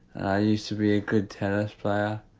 i used to be a good tennis player,